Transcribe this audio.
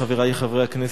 חברי חברי הכנסת,